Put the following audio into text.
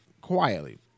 Quietly